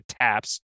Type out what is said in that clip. TAPS